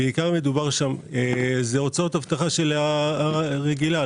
זה הוצאות אבטחה רגילה.